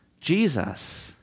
Jesus